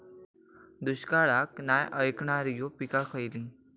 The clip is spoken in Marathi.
दुष्काळाक नाय ऐकणार्यो पीका खयली?